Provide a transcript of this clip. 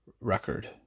record